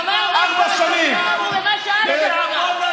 הוא אמר מה שהחוקרים אמרו ומה שאלשיך אמר.